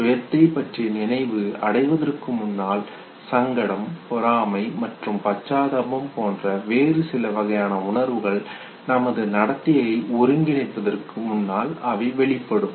சுயத்தை பற்றிய நினைவு அடைவதற்கு முன்னால் சங்கடம் பொறாமை மற்றும் பச்சாத்தாபம் போன்ற வேறு சில வகையான உணர்வுகள் நமது நடத்தையை ஒருங்கிணைப்பதற்கு முன்னால் அவை வெளிப்படும்